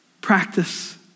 practice